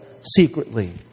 secretly